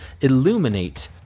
illuminate